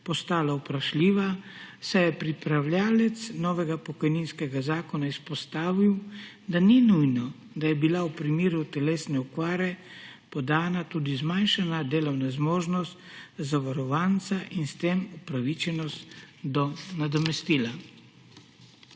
postala vprašljiva, saj je pripravljavec novega pokojninskega zakona izpostavil, da ni nujno, da je bila v primeru telesne okvare podana tudi zmanjšana delovna zmožnost zavarovanca in s tem upravičenost do nadomestila.